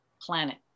planet